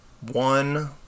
one